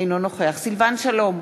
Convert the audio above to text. אינו נוכח סילבן שלום,